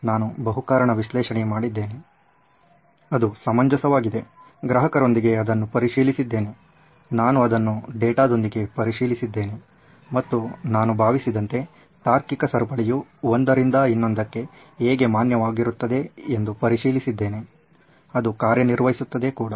ನಾನು ಬಹು ಕಾರಣ ವಿಶ್ಲೇಷಣೆ ಮಾಡಿದ್ದೇನೆ ಅದು ಸಮಂಜಸವಾಗಿದೆ ಗ್ರಾಹಕರೊಂದಿಗೆ ಅದನ್ನು ಪರಿಶೀಲಿಸಿದ್ದೇನೆ ನಾನು ಅದನ್ನು ಡೇಟಾದೊಂದಿಗೆ ಪರಿಶೀಲಿಸಿದ್ದೇನೆ ಮತ್ತು ನಾನು ಭಾವಿಸಿದಂತೆ ತಾರ್ಕಿಕ ಸರಪಳಿಯು ಒಂದರಿಂದ ಇನ್ನೊಂದಕ್ಕೆ ಹೇಗೆ ಮಾನ್ಯವಾಗಿರುತ್ತದೆ ಎಂದು ಪರಿಶೀಲಿಸಿದ್ದೆನೆ ಅದು ಕಾರ್ಯನಿರ್ವಹಿಸುತ್ತದೆ ಕೂಡ